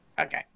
Okay